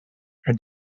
her